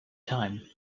time